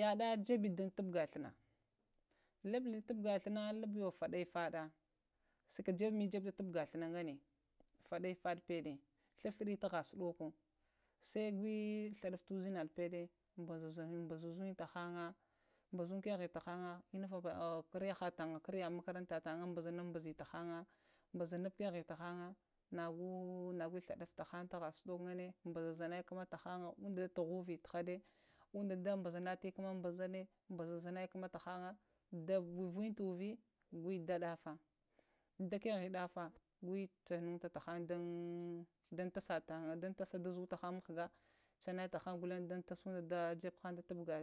Yaɗa jeɓe tubga flaəna, luɓulə tuɓuga flaəna yo fadafada saka jebe me tubgha flaəna ngane faɗe-fadə pəɗa ghuɓu ghnie taha suɗoko sai gwe ghhubtyi ushə naɗa paɗa ɓazazunge tahanga, ɓanzung kaghe tahang kara makərəntatahunŋ ɓazitahunŋ, ɓazikahe tahang nago nago ghladif-tahana bazuzuye kama tahawz ɗiya vavi ɓazalo, ondaɓaziyi kuma tahang ɓazolo ka jebe han, datunga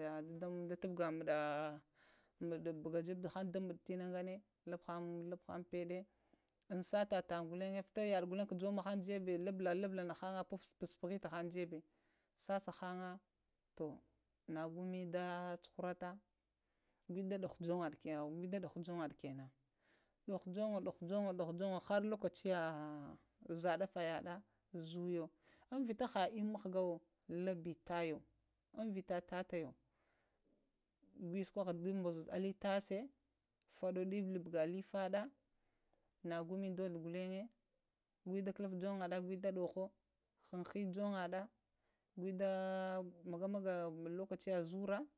nɓuɗa, ɓuga da jebe da ɓude tənə gane lubhan paɗe um sata lahanŋ vita yaɗa ghulinge jamahan jebe luɓula-luɓula nahanŋ pus-puhə nahanŋ jebe sasa hanza nago mi da cuhurata go mə da ɗuho junghaɗa ghulanye kenan jungha ɗuhu janga ɗuhu junga ɗuhu junga koleeeeh, zaɗafa yaɗa zonyo umsata ha imi mghghayo lube tahyo umvita ta tahyo gwe sukoha gwe ɓazoza ali kare tasa, faɗoɗə ɓuga lə faɗa nago me dhoglo golinghe gwe ɗa kolp junga ɗa gwɗa ɗoho ɗuhuwe jungaɗa gweda maga maga lukaci zura.